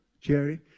Jerry